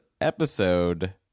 episode